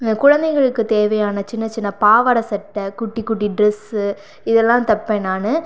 குழந்தைகளுக்கு தேவையான சின்ன சின்ன பாவாடை சட்டை குட்டி குட்டி ட்ரெஸ்ஸு இதெல்லாம் தைப்பேன் நான்